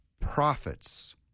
prophets